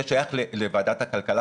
זה שייך לוועדת הכלכלה,